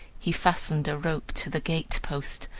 he fastened a rope to the gatepost,